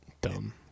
Dumb